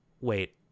wait